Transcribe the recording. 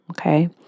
Okay